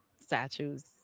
statues